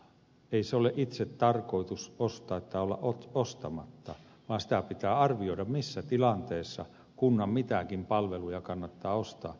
ei se ole itsetarkoitus ostaa tai olla ostamatta vaan sitä pitää arvioida missä tilanteessa kunnan mitäkin palveluja kannattaa ostaa